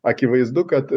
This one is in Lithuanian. akivaizdu kad